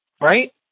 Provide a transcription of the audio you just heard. right